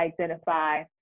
identify